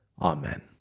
amen